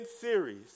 series